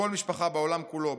כל משפחה בעולם כולו,